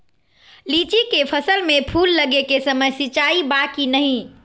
लीची के फसल में फूल लगे के समय सिंचाई बा कि नही?